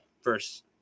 first